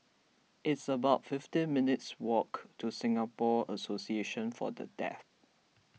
it's about fifty minutes' walk to Singapore Association for the Deaf